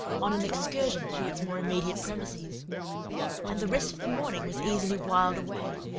on an excursion through its more immediate premises and the rest of the morning was easily whiled away,